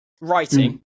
Writing